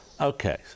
Okay